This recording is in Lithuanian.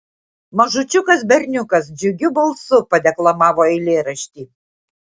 mažučiukas berniukas džiugiu balsu padeklamavo eilėraštį